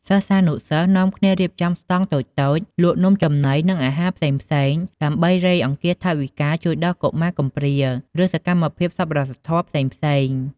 សិស្សានុសិស្សនាំគ្នារៀបចំស្តង់តូចៗលក់នំចំណី និងអាហារផ្សេងៗ ដើម្បីរៃអង្គាសថវិកាជួយដល់កុមារកំព្រា ឬសកម្មភាពសប្បុរសធម៌ផ្សេងៗ។